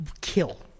kill